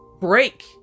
break